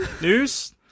news